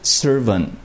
servant